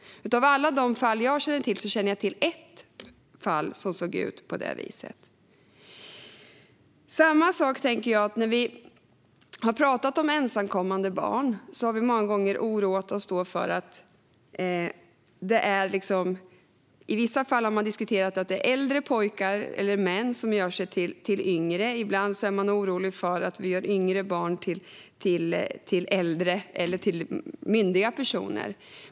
Av alla de fall jag känner till är det bara ett fall som ser ut på det viset. När vi har pratat om ensamkommande barn har vi många gånger oroat oss. I vissa fall har man diskuterat att det är äldre pojkar eller män som gör sig till yngre. Ibland är man orolig för att vi gör yngre barn till äldre eller till myndiga personer.